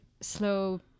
slow